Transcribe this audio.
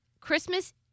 Christmas